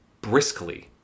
briskly